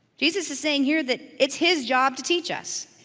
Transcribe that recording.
jesus is saying here that it's his job to teach us.